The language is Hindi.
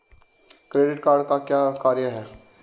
क्रेडिट कार्ड का क्या कार्य है?